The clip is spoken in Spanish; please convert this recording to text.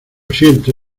siento